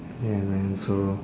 ya man so